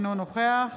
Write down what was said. אינו נוכח